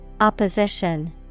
Opposition